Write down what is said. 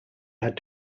had